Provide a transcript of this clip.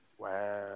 Wow